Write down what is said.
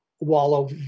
wallow